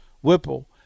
Whipple